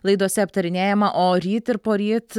laidose aptarinėjamą o ryt ir poryt